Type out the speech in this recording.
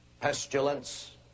pestilence